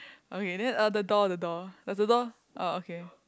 okay then uh the door the door does the door oh okay